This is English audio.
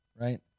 right